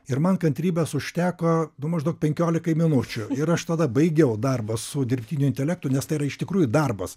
ir man kantrybės užteko nu maždaug penkiolikai minučių ir aš tada baigiau darbą su dirbtiniu intelektu nes tai yra iš tikrųjų darbas